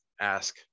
ask